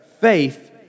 faith